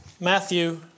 Matthew